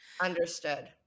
Understood